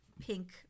pink